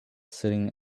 sitting